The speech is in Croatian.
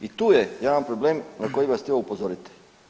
I tu je jedan problem na koji bih vas htio upozoriti.